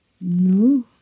No